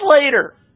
later